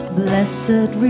blessed